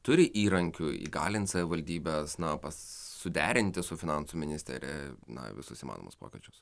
turi įrankių įgalint savivaldybes na suderinti su finansų ministerija na visus įmanomus pokyčius